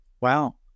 Wow